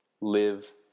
live